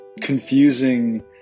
confusing